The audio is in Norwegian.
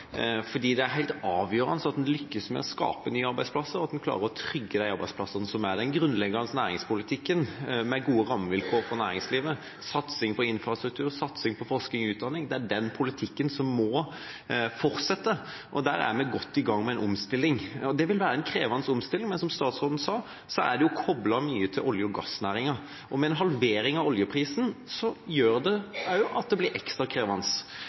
det er helt avgjørende at en lykkes med å skape nye arbeidsplasser, og at en klarer å trygge de arbeidsplassene som er. Den grunnleggende næringspolitikken med gode rammevilkår for næringslivet, satsing på infrastruktur og satsing på forskning og utdanning er den politikken som må fortsette. Og der er vi godt i gang med en omstilling. Det vil være en krevende omstilling. Men som statsråden sa, mye er koblet til olje- og gassnæringa. En halvering av oljeprisen gjør også at det blir ekstra krevende.